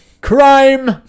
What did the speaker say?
crime